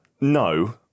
No